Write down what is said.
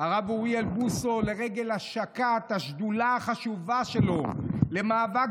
הרב אוריאל בוסו לרגל השקת השדולה החשובה שלו למאבק